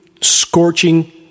scorching